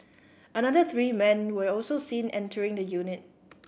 another three men were also seen entering the unit